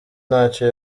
ntacyo